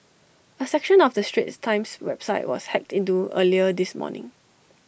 A section of the straits times website was hacked into earlier this morning